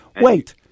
Wait